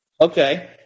Okay